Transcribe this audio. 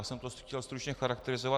Já jsem to chtěl stručně charakterizovat.